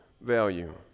value